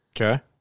Okay